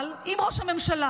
אבל אם ראש הממשלה,